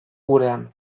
gurean